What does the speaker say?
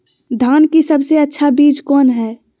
धान की सबसे अच्छा बीज कौन है?